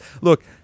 Look